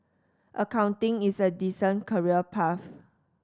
accounting is a decent career path